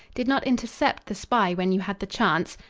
did not intercept the spy when you had the chance?